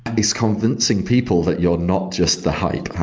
and it's convincing people that you're not just the hype,